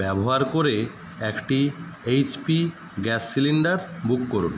ব্যবহার করে একটি এইচপি গ্যাস সিলিন্ডার বুক করুন